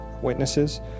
witnesses